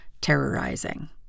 terrorizing